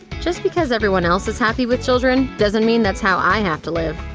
just because everyone else is happy with children doesn't mean that's how i have to live.